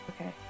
Okay